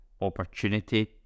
opportunity